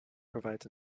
provides